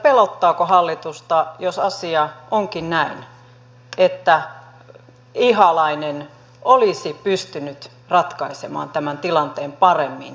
pelottaako hallitusta jos asia onkin näin että ihalainen olisi pystynyt ratkaisemaan tämän tilanteen paremmin kuin te